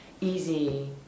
easy